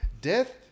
death